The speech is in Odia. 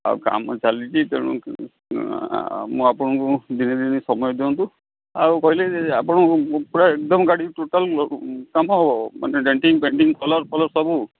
ଆଉ କାମ ଚାଲିଛି ତେଣୁ ମୁଁ ଆପଣଙ୍କୁ ଦିନେ ଦୁଇ ଦିନ ସମୟ ଦିଅନ୍ତୁ ଆଉ କହିଲେ ଆପଣ ପୁରା ଏକଦମ୍ ଗାଡ଼ି ଟୋଟାଲ୍ କାମ ହବ ମାନେ ଡେଣ୍ଟିଂ ଫେଣ୍ଟିଂ କଲର୍ ଫଲର ସବୁ